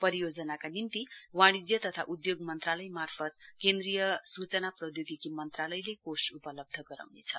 परियोजनाका लागि वाणिज्य तथा उद्योग मन्त्रालय मार्फत केन्द्रीय सूचना प्रौद्योगिकी मन्त्रालयले कोष उपलब्ध गराउनेछ